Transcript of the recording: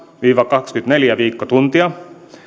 viiva kaksikymmentäneljä viikkotuntia